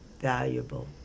valuable